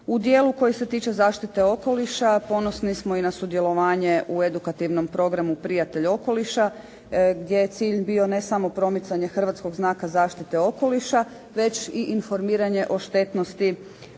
U dijelu koji se tiče zaštite okoliša ponosni smo i na sudjelovanje u edukativnom programu "prijatelj okoliša" gdje je cilj bio ne samo promicanje hrvatskog znaka zaštite okoliša, već i informiranje o štetnosti,